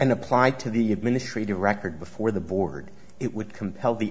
and applied to the administrative record before the board it would compel the